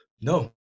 No